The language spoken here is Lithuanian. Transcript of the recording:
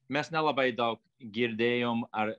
mes nelabai daug girdėjom ar